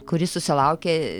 kuris susilaukė